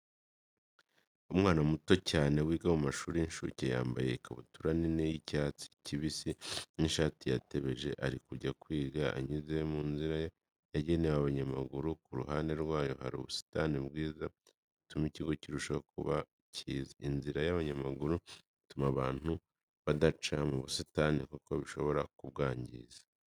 Umwana muto cyane wiga mu mashuri y'incuke yambaye ikabutura nini y'icyatsi kibisi n'ishati yatebeje, ari kujya kwiga anyuze mu nzira yegenewe abanyamaguru. Ku ruhande rwayo hari ubusitani bwiza butuma ikigo kirushaho kuba kiza. Inzira y'abanyamaguru ituma abantu badaca mu busitani kuko bishobora kubwangiza.